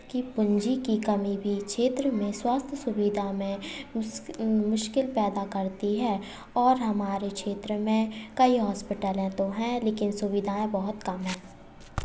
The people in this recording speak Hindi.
की पूंजी की कमी भी क्षेत्र में स्वास्थ्य सुविधा में मुस मुश्किल पैदा करती है और हमारे क्षेत्र में कई होस्पिटलें तो हैं लेकिन सुविधा बहुत कम है